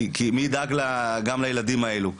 כי מי ידאג לילדים האלה שלהם.